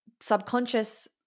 subconscious